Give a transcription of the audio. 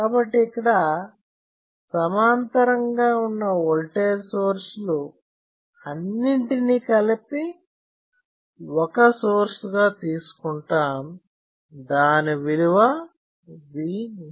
కాబట్టి ఇక్కడ సమాంతరంగా ఉన్న ఓల్టేజ్ సోర్స్లు అన్నింటినీ కలిపి ఒక సోర్స్ గా తీసుకుంటాం దాని విలువ V0